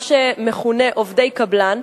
מה שמכונה עובדי קבלן.